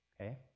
okay